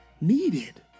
needed